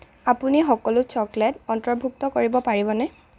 আপুনি সকলো চকলেট অন্তৰ্ভুক্ত কৰিব পাৰিবনে